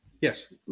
yes